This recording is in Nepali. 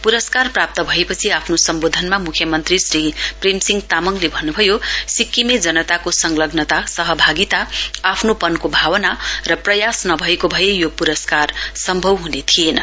पुरस्कार प्राप्त भएपछि आफ्नो सम्वोधनमा मुख्यमन्त्री श्री प्रेमसिंह तामङले भन्नुभयो सिक्किमे जनताको संलग्नाता सहभागिता आफ्नोपनको भावना र प्रयास नभएको भए यो पुरस्कार सम्भव हुने थिएन